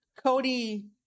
Cody